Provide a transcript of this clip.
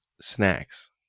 snacks